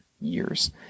years